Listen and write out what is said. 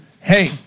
Hey